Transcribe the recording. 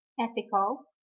ethical